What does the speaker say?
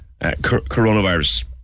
coronavirus